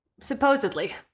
Supposedly